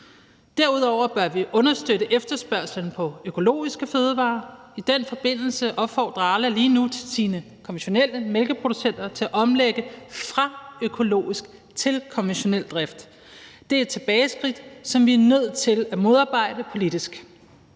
Derudover bør vi understøtte efterspørgslen på økologiske fødevarer. I den forbindelse opfordrer Arla lige nu sine økologiske mælkeproducenter til at omlægge fra økologisk til konventionel drift. Det er et tilbageskridt, som vi er nødt til at modarbejde politisk.